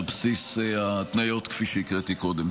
על בסיס ההתניות כפי שהקראתי קודם.